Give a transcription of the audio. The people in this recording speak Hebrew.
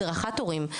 הדרכת הורים,